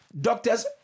doctors